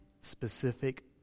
specific